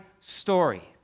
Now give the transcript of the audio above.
story